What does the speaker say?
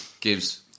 gives